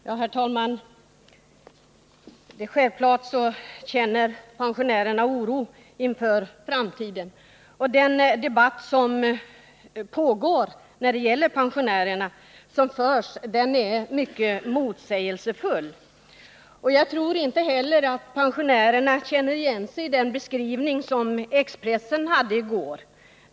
Herr talman! Självfallet känner pensionärerna oro inför framtiden. Den debatt som förs när det gäller pensionärerna är mycket motsägelsefull. Jag tror inte heller att pensionärerna känner igen sig i den beskrivning som Expressen hade i går.